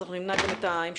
אז אנחנו נמנע גם את ההמשך,